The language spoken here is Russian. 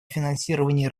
финансировании